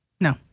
no